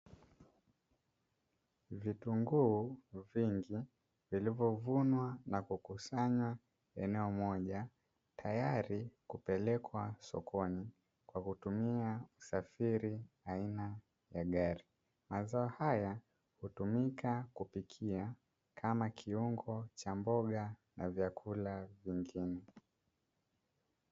Vitunguu vingi vilivyovunwa na kukusanywa eneo moja, tayari kwa kupelekwa sokoni kwa kutumia usafiri aina ya gari. Mavuno haya hutumika jikoni kama kiungo cha kupikia mboga na vyakula vingine.